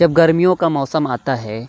جب گرمیوں کا موسم آتا ہے